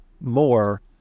more